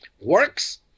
works